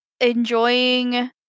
enjoying